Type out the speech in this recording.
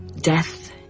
death